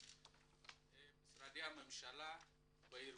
משרדי ממשלה וארגונים.